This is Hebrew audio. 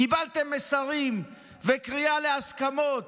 קיבלתם מסרים וקריאה להסכמות,